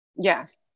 Yes